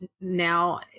now